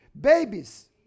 babies